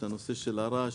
הרעש,